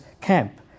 camp